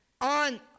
on